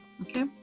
okay